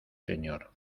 señor